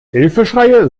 hilfeschreie